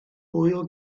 hwyl